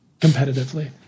competitively